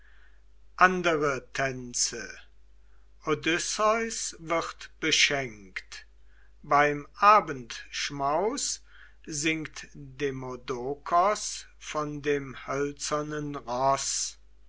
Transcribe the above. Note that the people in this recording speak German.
andere tänze odysseus wird beschenkt beim abendschmaus singt demodokos von dem hölzernen roß